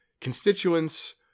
constituents